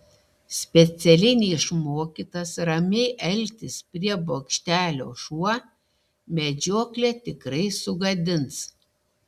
specialiai neišmokytas ramiai elgtis prie bokštelio šuo medžioklę tikrai sugadins